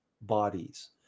bodies